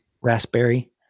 Raspberry